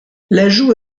l’ajout